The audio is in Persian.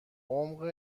عمق